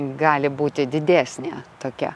gali būti didesnė tokia